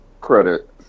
credit